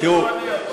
זה לא אני הפעם.